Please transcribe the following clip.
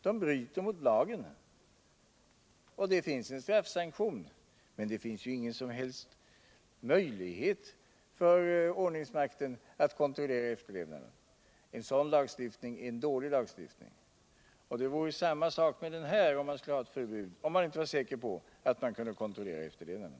De bryter mot lagen och det finns en straffsanktion. Men det finns ju ingen som helst möjlighet för ordningsmakten att kontrollera efterlevnaden. En sådan lagstiftning är en dålig lagstiftning. Det vore samma sak om vi skulle ha ett förbud här, om man inte vore säker på att man kunde kontrollera efterlevnaden.